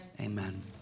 Amen